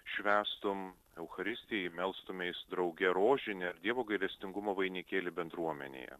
švęstum eucharistijai melstumeis drauge rožinį ar dievo gailestingumo vainikėlį bendruomenėje